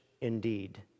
indeed